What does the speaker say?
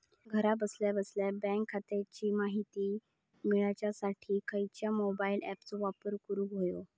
घरा बसल्या बसल्या बँक खात्याची माहिती मिळाच्यासाठी खायच्या मोबाईल ॲपाचो वापर करूक होयो?